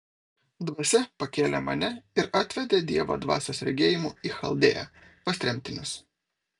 dvasia pakėlė mane ir atvedė dievo dvasios regėjimu į chaldėją pas tremtinius